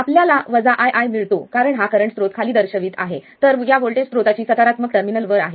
आपल्याला वजा ii मिळतो कारण हा करंट स्रोत खाली दिशेला दर्शवित आहे तर या वोल्टेज स्रोताची सकारात्मक टर्मिनल वर आहे